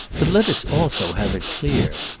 but let us also have it clear.